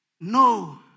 No